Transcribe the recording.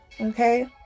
okay